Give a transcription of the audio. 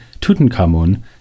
Tutankhamun